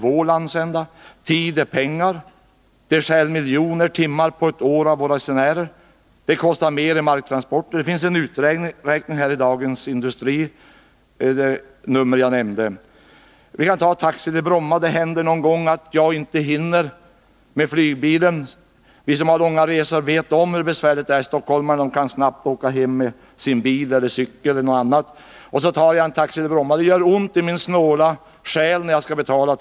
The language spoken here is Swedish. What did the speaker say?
Tid är pengar, och att behöva ta sig till Arlanda i stället för till Bromma stjäl miljoner timmar på ett år från resenärerna. Likaså blir marktransporterna dyrare. I nämnda nummer av Dagens Industri finns en uträkning om det. Det händer ibland att jag inte hinner ta flygbilen till Bromma. Jag och andra kan inte liksom stockholmarna ta oss hem från Bromma med hjälp av bil eller cykel. Det gör ont i min snåla själ att behöva betala för en taxiresa från eller till Bromma flygplats.